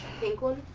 pink one?